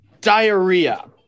diarrhea